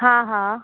हा हा